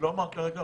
אני לא אומר כרגע,